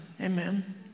Amen